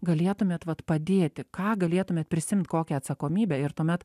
galėtumėt vat padėti ką galėtumėt prisiimt kokią atsakomybę ir tuomet